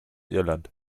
irland